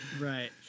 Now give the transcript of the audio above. Right